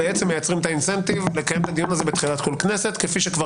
מייצרים את האינסנטיב לקיים את הדיון הזה בתחילת כל כנסת,